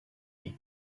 die